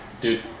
Dude